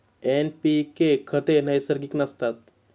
NPK खते नैसर्गिक नसतात